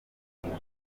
nta